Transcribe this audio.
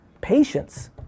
Patience